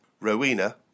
Rowena